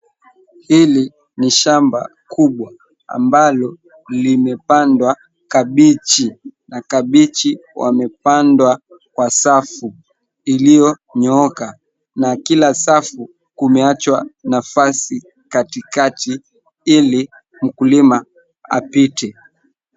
Hili ni shamba kubwa ambalo limepandwa kabichi na kabichi Wamepandwa kwa safu iliyonyooka. Na kila safu kumeachwa nafasi katikati ili mkulima apite.